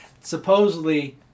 supposedly